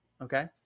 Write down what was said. Okay